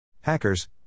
Hackers